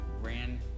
ran